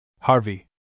Harvey